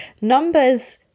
numbers